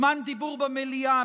זמן דיבור במליאה,